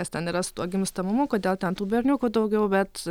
kas ten yra su tuo gimstamumu kodėl ten tų berniukų daugiau bet